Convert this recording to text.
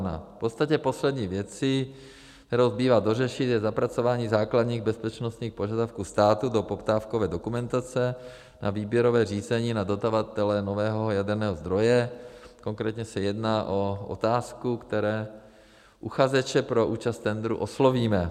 V podstatě poslední věcí, kterou zbývá dořešit, je zapracování základních bezpečnostních požadavků státu do poptávkové dokumentace na výběrové řízení na dodavatele nového jaderného zdroje, konkrétně se jedná o otázku, které uchazeče pro účast v tendru oslovíme.